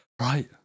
right